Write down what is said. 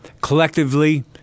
collectively